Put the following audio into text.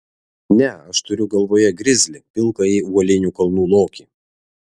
ne aš turiu galvoje grizlį pilkąjį uolinių kalnų lokį